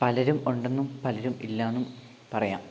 പലരും ഉണ്ടെന്നും പലരും ഇല്ലയെന്നും പറയാം